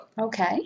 Okay